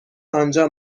آنجا